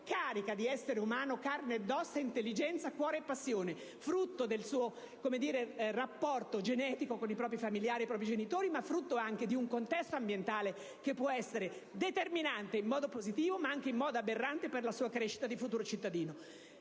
carica di essere umano, fatto di carne, ossa e intelligenza, cuore e passione, frutto del suo rapporto genetico con i propri familiari, ma frutto anche di un contesto ambientale che può essere determinante in modo positivo, ma anche in modo aberrante per la sua crescita di futuro cittadino.